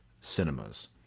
cinemas